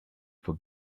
for